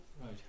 Right